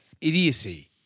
idiocy